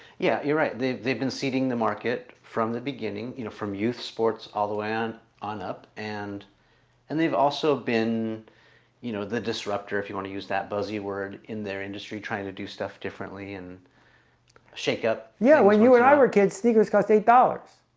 yeah, you're right they've they've been seeding the market from the beginning, you know from youth sports although an eye and and they've also been you know the disrupter if you want to use that buzzy word in their industry trying to do stuff differently and shake-up. yeah when you and i were kids sneakers cost eight dollars,